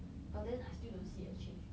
but then I still don't see a change